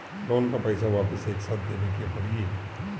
Loan का पईसा वापिस एक साथ देबेके पड़ी?